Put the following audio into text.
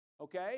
Okay